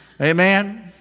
Amen